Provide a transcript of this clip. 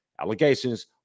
allegations